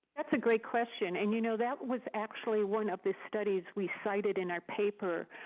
that's a great question. and you know that was actually one of the studies we cited in our paper